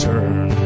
Turn